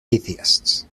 atheists